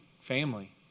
family